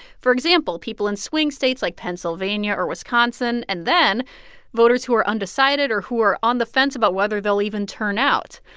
for example, people in swing states like pennsylvania or wisconsin, and then voters who are undecided or who are on the fence about whether they'll even turn out.